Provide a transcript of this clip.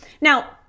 now